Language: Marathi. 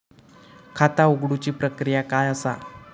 खाता उघडुची प्रक्रिया काय असा?